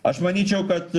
aš manyčiau kad